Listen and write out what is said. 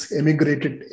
emigrated